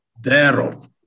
thereof